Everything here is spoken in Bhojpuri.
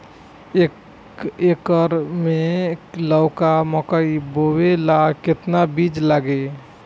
एक एकर मे लौका मकई बोवे ला कितना बिज लागी?